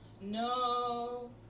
no